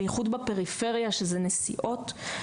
בייחוד בפריפריה שזה נסיעות.